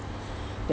ya